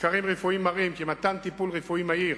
מחקרים רפואיים מראים כי מתן טיפול רפואי מהיר